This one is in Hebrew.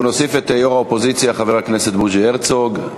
אנחנו נוסיף את יו"ר האופוזיציה חבר הכנסת בוז'י הרצוג.